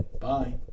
Bye